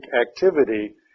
activity